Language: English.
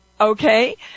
okay